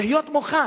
להיות מוכן,